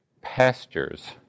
pastures